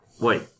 wait